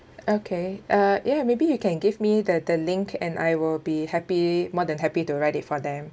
okay uh ya maybe you can give me the the link and I will be happy more than happy to write it for them